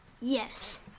Yes